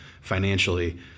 financially